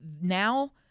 now